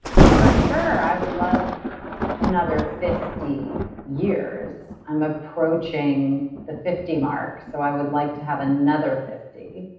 for sure, i would love another fifty years. i'm approaching the fifty mark, so i would like to have another fifty.